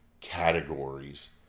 categories